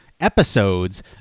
episodes